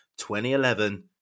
2011